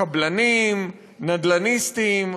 קבלנים, נדל"ניסטים,